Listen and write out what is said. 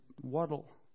waddle